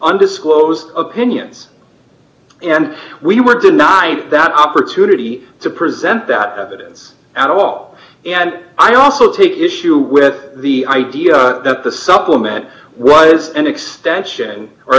undisclosed opinions and we were denied that opportunity to present that evidence at all and i also take issue with the idea that the supplement was an extension or